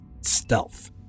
stealth